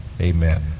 amen